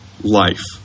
life